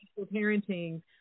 parenting